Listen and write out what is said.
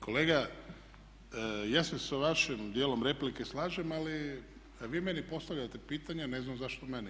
Kolega ja se sa vašim dijelom replike slažem, ali vi meni postavljate pitanje, a ne znam zašto meni?